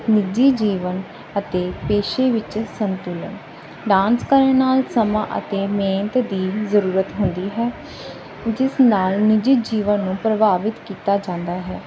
ਨਿੱਜੀ ਜੀਵਨ ਅਤੇ ਪੇਸ਼ੇ ਵਿੱਚ ਸੰਤੁਲਨ ਡਾਂਸ ਕਰਨ ਨਾਲ ਸਮਾਂ ਅਤੇ ਮਿਹਨਤ ਦੀ ਜ਼ਰੂਰਤ ਹੁੰਦੀ ਹੈ ਜਿਸ ਨਾਲ ਨਿੱਜੀ ਜੀਵਨ ਨੂੰ ਪ੍ਰਭਾਵਿਤ ਕੀਤਾ ਜਾਂਦਾ ਹੈ